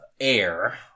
Air